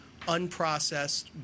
unprocessed